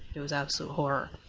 there was absolute horror.